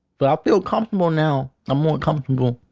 but i feel comfortable now. i'm more comfortable